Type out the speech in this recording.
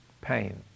pain